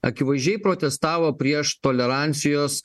akivaizdžiai protestavo prieš tolerancijos